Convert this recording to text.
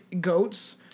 goats